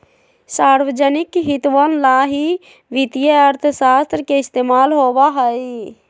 सार्वजनिक हितवन ला ही वित्तीय अर्थशास्त्र के इस्तेमाल होबा हई